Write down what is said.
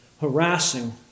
harassing